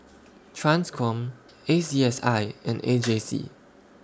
TRANSCOM A C S I and A J C